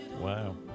Wow